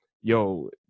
yo